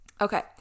okay